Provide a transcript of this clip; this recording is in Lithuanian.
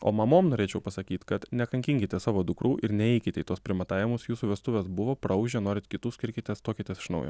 o mamom norėčiau pasakyt kad nekankinkite savo dukrų ir neikite į tuos primatavimus jūsų vestuvės buvo praūžė norit kitų skirkitės tuokitės iš naujo